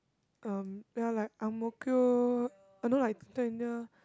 um ya like Ang-Mo-Kio uh you know like